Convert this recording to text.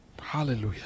hallelujah